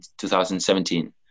2017